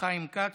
חיים כץ.